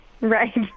Right